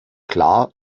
klar